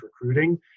recruiting